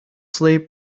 sleep